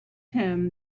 him